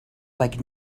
like